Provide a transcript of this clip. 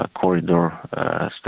corridor